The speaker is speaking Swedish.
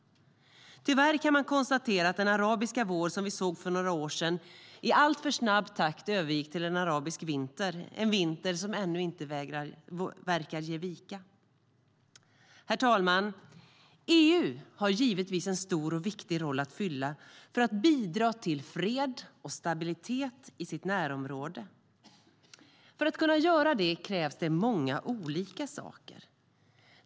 Tyvärr kan man konstatera att den arabiska vår som vi såg för några år sedan i alltför snabb takt har övergått i en arabisk vinter - en vinter som ännu inte verkar ge vika. Herr talman! EU har givetvis en stor och viktig roll att spela för att bidra till fred och stabilitet i sitt närområde. För att kunna göra detta krävs många olika saker.